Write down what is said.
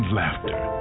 laughter